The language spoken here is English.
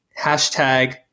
Hashtag